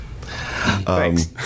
Thanks